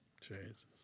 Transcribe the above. Jesus